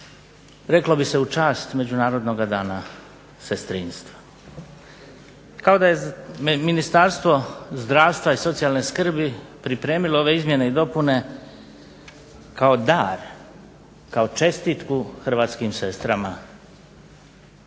reklo bi se u čast međunarodnog dana sestrinstva. Kao da je Ministarstvo zdravstva i socijalne skrbi pripremilo ove izmjene i dopune kao dar, kao čestitku hrvatskim sestrama